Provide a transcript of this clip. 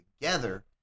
together